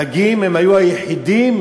הדגים היו היחידים